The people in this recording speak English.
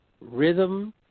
rhythm